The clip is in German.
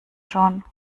schon